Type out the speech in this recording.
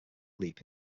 leap